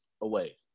away